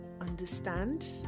understand